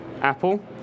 Apple